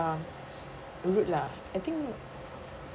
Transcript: um rude lah I think